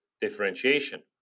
differentiation